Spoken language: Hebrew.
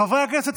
חברי הכנסת,